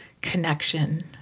connection